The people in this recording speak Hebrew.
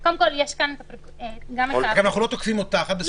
אנחנו לא תוקפים אותך.